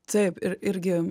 taip ir irgi